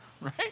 Right